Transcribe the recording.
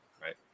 Right